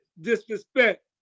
disrespect